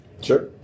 Sure